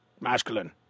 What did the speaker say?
masculine